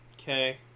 Okay